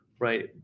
right